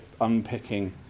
unpicking